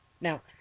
Now